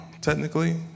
technically